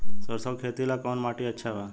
सरसों के खेती ला कवन माटी अच्छा बा?